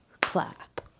clap